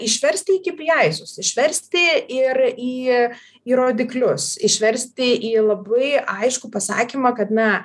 išversti į kipiaisus išversti ir į į rodiklius išversti į labai aiškų pasakymą kad na